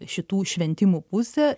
šitų šventimų pusė